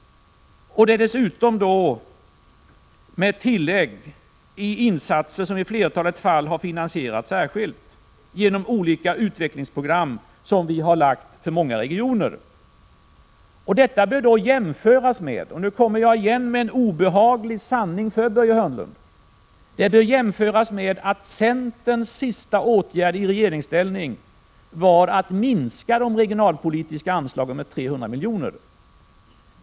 Dessutom gör den insatser som finansieras särskilt, genom olika utvecklingsprogram som vi utarbetat för många regioner. Detta bör jämföras med — och nu kommer jag igen med en obehaglig sanning till Börje Hörnlund — att centerns sista åtgärd i regeringsställning var att minska de regionalpolitiska anslagen med 300 milj.kr.